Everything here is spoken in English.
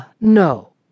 no